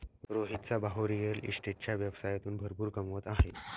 रोहितचा भाऊ रिअल इस्टेटच्या व्यवसायातून भरपूर कमवत आहे